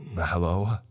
Hello